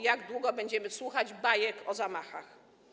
Jak długo będziemy słuchać bajek o zamachach?